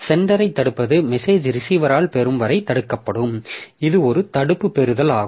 சென்டரை தடுப்பது மெசேஜ் ரிசீவரால் பெறும் வரை தடுக்கப்படும் இது ஒரு தடுப்பு பெறுதல் ஆகும்